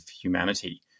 humanity